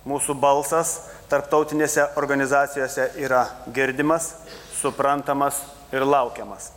mūsų balsas tarptautinėse organizacijose yra girdimas suprantamas ir laukiamas